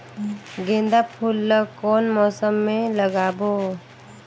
गेंदा फूल ल कौन मौसम मे लगाबो?